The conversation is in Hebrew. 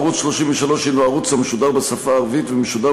ערוץ 33 הנו ערוץ המשודר בשפה הערבית ומשודר